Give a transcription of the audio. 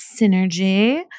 synergy